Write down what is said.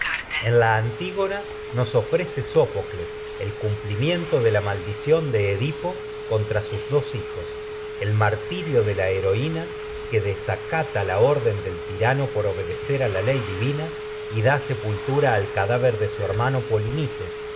sufrir la antígona nos ofrece sófocles el cumpli de la miento maldición de edipo contra sus dos hijos el martirio de la que la heroína desacata la orden del tirano por obedecer a ley divina y da sepultura al cadáver de su polinices